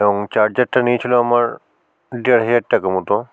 এবং চার্জারটা নিয়েছিল আমার দেড় হাজার টাকা মতো